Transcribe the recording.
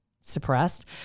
suppressed